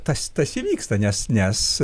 tas tas įvyksta nes nes